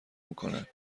میکنند